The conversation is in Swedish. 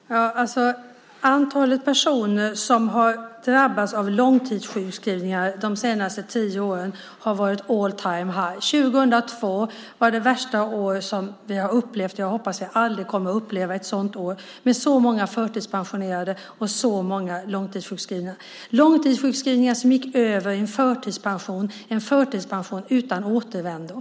Herr talman! Antalet personer som har drabbats av långtidssjukskrivningar de senaste tio åren har varit all-time-high. 2002 är det värsta år som vi har upplevt, och jag hoppas att vi aldrig mer kommer att uppleva ett år till med så många förtidspensionerade och så många långtidssjukskrivna. Det var långtidssjukskrivningar som gick över i en förtidspension, en förtidspension utan återvändo.